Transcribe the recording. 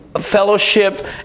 fellowship